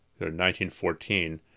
1914